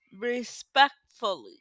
respectfully